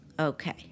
Okay